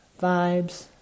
vibes